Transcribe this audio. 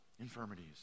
infirmities